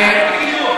אדוני,